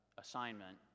assignment